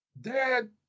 Dad